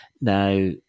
Now